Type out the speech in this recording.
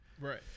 right